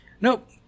Nope